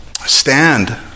stand